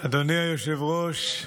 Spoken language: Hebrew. תן לו חמש דקות, אדוני היושב-ראש טוב.